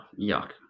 yuck